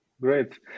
great